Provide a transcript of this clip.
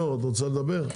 בבקשה.